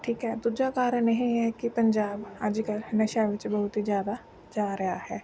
ਠੀਕ ਹੈ ਦੂਜਾ ਕਾਰਨ ਇਹ ਹੈ ਕਿ ਪੰਜਾਬ ਅੱਜ ਕੱਲ੍ਹ ਨਸ਼ਿਆਂ ਵਿੱਚ ਬਹੁਤ ਹੀ ਜ਼ਿਆਦਾ ਜਾ ਰਿਹਾ ਹੈ